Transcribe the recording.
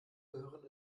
gehören